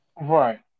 Right